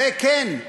כן,